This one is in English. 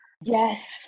Yes